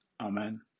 Amen